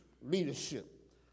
leadership